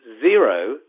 Zero